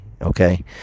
okay